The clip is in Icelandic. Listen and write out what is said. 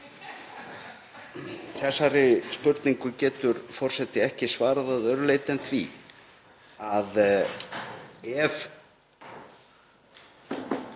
Þessari spurningu getur forseti ekki svarað að öðru leyti en því að ef